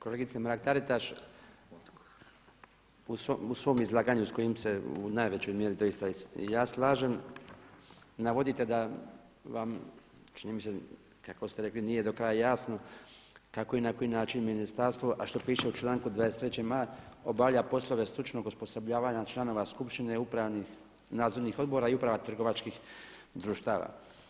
Kolegice Mrak-Taritaš, u svom izlaganju s kojim se u najvećoj mjeri doista i ja slažem navodite da vam čini mi se kako ste rekli nije do kraja jasno kako i na koji način ministarstvo a što piše u članku 23. a obavlja poslove stručnog osposobljavanja članova skupštine upravnih, nadzornih odbora i uprava trgovačkih društava.